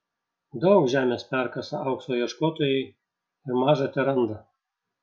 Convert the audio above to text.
daug žemės perkasa aukso ieškotojai ir maža teranda